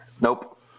Nope